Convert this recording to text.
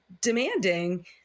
demanding